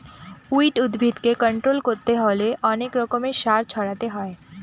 weed উদ্ভিদকে control করতে হলে অনেক রকমের সার ছড়াতে হয়